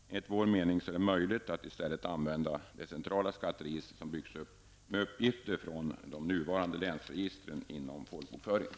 Enligt vår mening är det möjligt att i stället använda det centrala skatteregister som byggs upp med uppgifter från de nuvarande länsregistren inom folkbokföringen.